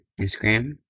Instagram